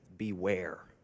beware